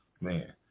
man